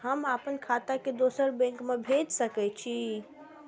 हम आपन खाता के दोसर बैंक में भेज सके छी?